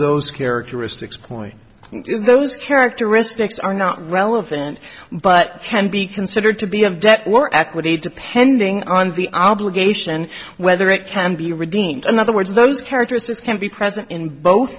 those characteristics point those characteristics are not relevant but can be considered to be of debt or equity depending on the obligation whether it can be redeemed another words those characteristics can be present in both